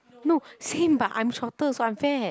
no same but I'm shorter so I'm fat